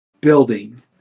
building